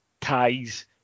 ties